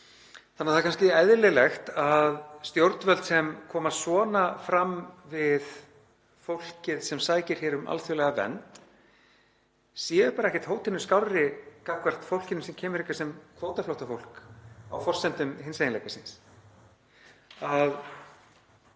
annað. Það er kannski eðlilegt að stjórnvöld sem koma svona fram við fólkið sem sækir um alþjóðlega vernd séu bara ekkert hótinu skárri gagnvart fólkinu sem kemur hingað sem kvótaflóttafólk á forsendum hinseginleika síns.